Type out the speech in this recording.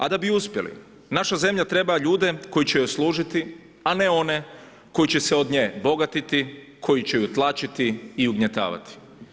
A da bi uspjeli naša zemlja treba ljude koji će joj služiti, a ne one koji će se od nje bogatiti, koji će ju tlačiti i ugnjetavati.